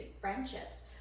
friendships